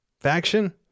faction